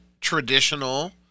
traditional